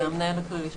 זה המנהל הכללי.